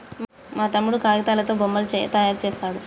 మా తమ్ముడు కాగితాలతో బొమ్మలు తయారు చేస్తాడు